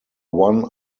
one